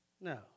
No